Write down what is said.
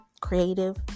creative